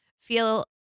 feel